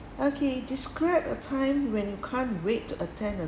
okay describe a time when you can't wait to attend a